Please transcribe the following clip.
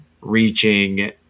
reaching